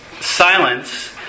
silence